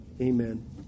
amen